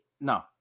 No